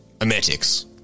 Emetics